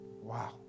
Wow